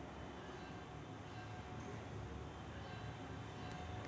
येक मजूर या रोजात किती किलोग्रॅम मिरची तोडते?